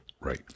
Right